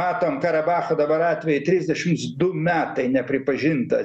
matom karabacho dabar atvejį trisdešims du metai nepripažinta